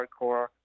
hardcore